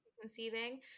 conceiving